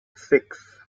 six